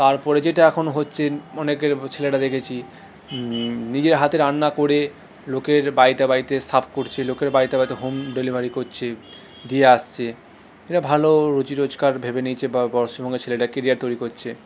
তারপরে যেটা এখন হচ্ছে অনেকের ছেলেরা দেখেছি নিজের হাতে রান্না করে লোকের বাড়িতে বাড়িতে সারভ করছে লোকের বাড়িতে বাড়িতে হোম ডেলিভারি করছে দিয়ে আসছে এটা ভালো রুজি রোজকার ভেবে নিয়েছি বা পশ্চিমবঙ্গে ছেলেটা কেরিয়ার তৈরি করছে